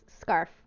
scarf